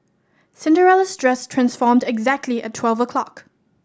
Cinderella's dress transformed exactly at twelve o'clock